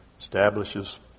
establishes